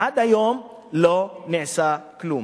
עד היום לא נעשה כלום.